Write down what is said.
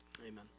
Amen